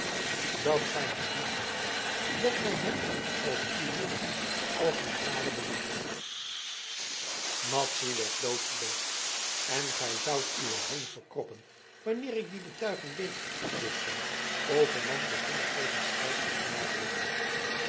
dat gij hem lief hebt dat gij hem als uw minnaar als uw gade bemint madzy werd doodsbleek en gij zoudt uwen hoon verkroppen wanneer ik die betuiging deed vroeg zij overmand door honderd tegenstrijdige gewaarwordingen